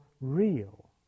real